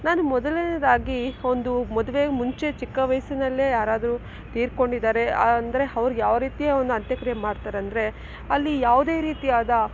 ನಾನು ಮೊದಲನೇದಾಗಿ ಒಂದು ಮದುವೆ ಮುಂಚೆ ಚಿಕ್ಕ ವಯಸ್ಸಿನಲ್ಲೇ ಯಾರಾದರೂ ತೀರಿಕೊಂಡಿದ್ದಾರೆ ಅಂದರೆ ಅವ್ರಿಗೆ ಯಾವ ರೀತಿಯ ಒಂದು ಅಂತ್ಯಕ್ರಿಯೆ ಮಾಡ್ತಾರೆಂದರೆ ಅಲ್ಲಿ ಯಾವುದೇ ರೀತಿಯಾದ